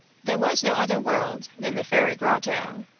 there was no other world than the fairy grotto.